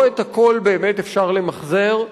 לא את הכול באמת אפשר למחזר,